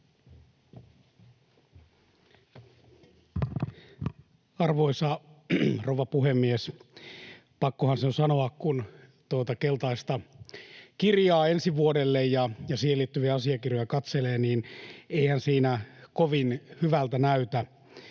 Arvoisa rouva puhemies! Pakkohan se on sanoa, kun tuota keltaista kirjaa ensi vuodelle ja siihen liittyviä asiakirjoja katselee, että eihän siinä kovin hyvältä näytä.